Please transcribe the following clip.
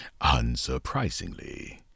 Unsurprisingly